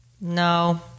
no